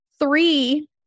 Three